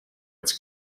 its